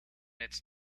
its